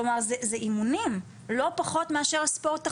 כלומר זה אימונים, לא פחות מאשר ספורט אחר.